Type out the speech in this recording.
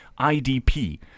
IDP